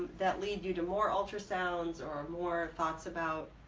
that leads you to more ultrasounds or more thoughts about